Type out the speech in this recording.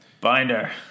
Binder